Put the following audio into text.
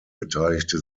beteiligte